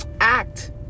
act